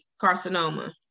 carcinoma